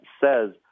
says